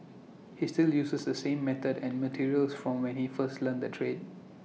he still uses the same method and materials from when he first learnt the trade